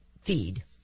feed